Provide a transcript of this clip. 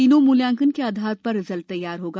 तीनों मूल्यांकन के आधार पर रिजल्ट तैयार होगा